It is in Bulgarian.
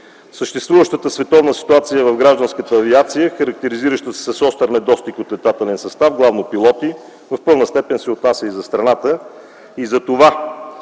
Съществуващата световна ситуация в гражданската авиация, характеризираща се с остър недостиг от летателен състав - главно пилоти, в пълна степен се отнася и за страната.